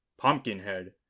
Pumpkinhead